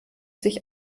sich